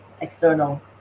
external